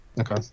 Okay